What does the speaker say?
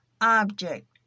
object